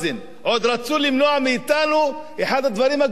עוד רצו למנוע מאתנו את אחד הדברים הקדושים,